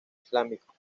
islámico